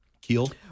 Keel